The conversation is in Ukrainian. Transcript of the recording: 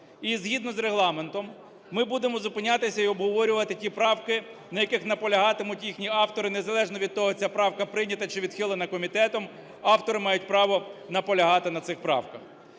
згідно з Регламентом ми будемо зупинятися і обговорювати ті правки, на яких наполягатимуть їхні автори. Незалежно від того, ця правка прийнята чи відхилена комітетом, автори мають право наполягати на цих правках.